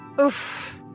Oof